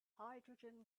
hydrogen